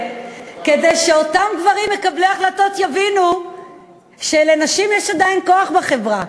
כדי שאותם גברים מקבלי החלטות יבינו שלנשים יש עדיין כוח בחברה,